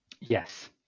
yes